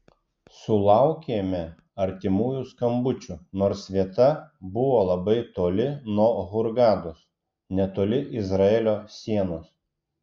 sulaukėme artimųjų skambučių nors vieta buvo labai toli nuo hurgados netoli izraelio sienos